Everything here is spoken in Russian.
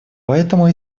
поэтому